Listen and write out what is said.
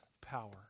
power